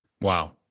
Wow